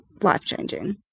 life-changing